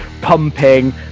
pumping